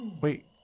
Wait